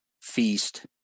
feast